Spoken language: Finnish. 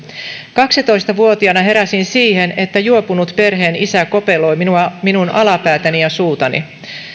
kaksitoista vuotiaana heräsin siihen että juopunut perheen isä kopeloi minun minun alapäätäni ja suutani